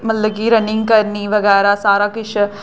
मतलब कि रनिंग करनी बगैरा सारा किश